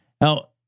Now